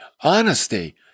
Honesty